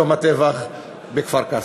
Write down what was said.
יום הטבח בכפר-קאסם.